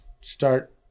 start